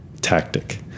tactic